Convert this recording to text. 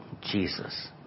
Jesus